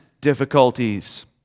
difficulties